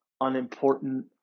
unimportant